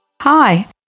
Hi